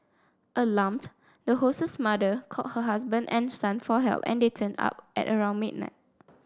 alarmed the host's mother called her husband and son for help and they turned up at around midnight